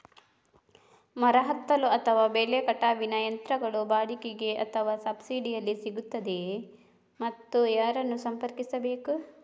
ಮರ ಹತ್ತಲು ಅಥವಾ ಬೆಲೆ ಕಟಾವಿನ ಯಂತ್ರಗಳು ಬಾಡಿಗೆಗೆ ಅಥವಾ ಸಬ್ಸಿಡಿಯಲ್ಲಿ ಸಿಗುತ್ತದೆಯೇ ಮತ್ತು ಯಾರನ್ನು ಸಂಪರ್ಕಿಸಬೇಕು?